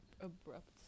abrupt